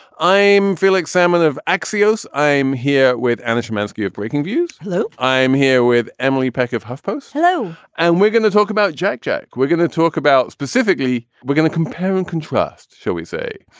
i'm felix salmon of axios. i'm here with anna shymansky of breakingviews. hello. i'm here with emily peck of huffpost flow. and we're going to talk about jack. jack. we're going to talk about specifically we're going to compare and contrast, shall we say,